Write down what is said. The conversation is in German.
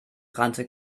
rannte